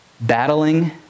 battling